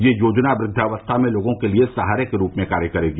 यह योजना वृद्वावस्था में लोगों के लिए सहारे के रूप में कार्य करेगी